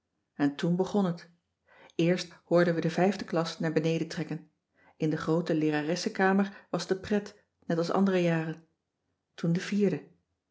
en toen begon het eerst hoorden we de vijfde klas naar beneden trekken in de groote leeraressenkamer was de pret net als andere jaren toen de vierde